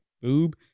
boob